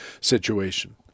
situation